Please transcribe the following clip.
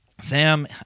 Sam